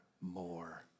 more